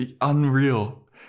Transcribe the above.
unreal